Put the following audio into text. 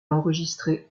enregistré